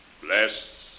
Bless